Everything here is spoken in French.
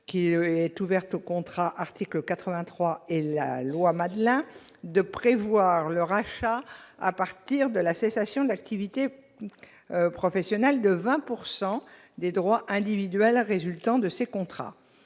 aux contrats dits « article 83 » ou « loi Madelin », de prévoir le rachat, à partir de la cessation de l'activité professionnelle, de 20 % des droits individuels résultant de ces contrats.